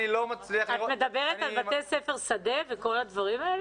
את מדברת על בתי ספר שדה וכל הדברים האלה?